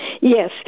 Yes